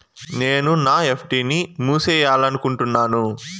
నేను నా ఎఫ్.డి ని మూసేయాలనుకుంటున్నాను